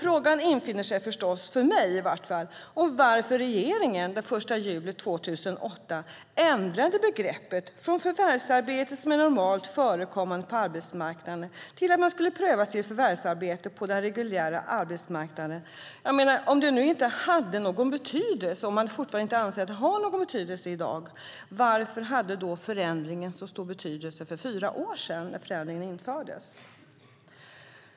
Frågan infinner sig förstås, för mig i varje fall, varför regeringen den 1 juli 2008 ändrade begreppet från förvärvsarbete som är normalt förekommande på arbetsmarknaden till att man skulle prövas mot förvärvsarbete på den reguljära arbetsmarknaden.